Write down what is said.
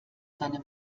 seine